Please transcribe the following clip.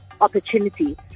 opportunity